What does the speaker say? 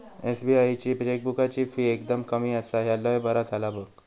SBI ची चेकबुकाची fee एकदम कमी आसा, ह्या लय बरा झाला बघ